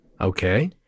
Okay